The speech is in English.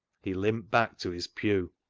he limped back to his pew.